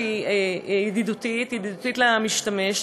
כשהיא ידידותית למשתמש,